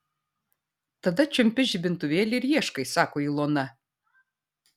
tada čiumpi žibintuvėlį ir ieškai sako ilona